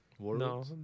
No